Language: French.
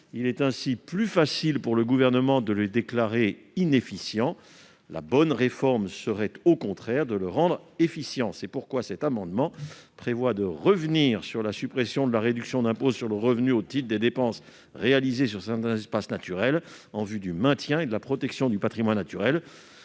Il est ainsi plus facile pour le Gouvernement de le déclarer improductif. La bonne réforme serait, au contraire, de le rendre efficace ! C'est pourquoi cet amendement tend à revenir sur la suppression de la réduction d'impôt sur le revenu au titre des dépenses réalisées sur certains espaces naturels en vue du maintien et de la protection du patrimoine naturel.